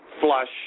flush